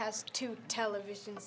has to television